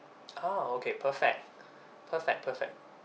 oh okay perfect perfect perfect